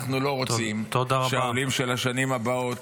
אנחנו לא רוצים שהעולים של השנים הבאות